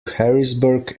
harrisburg